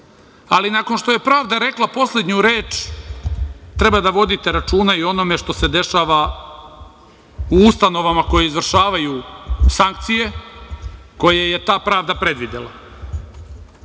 ali nakon što je pravda rekla poslednju reč, treba da vodite računa i o onome što se dešava u ustanovama koje izvršavaju sankcije koje je ta pravda predvidela.